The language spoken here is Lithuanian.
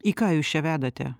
į ką jūs čia vedate